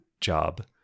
job